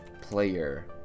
player